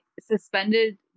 suspended